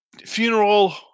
funeral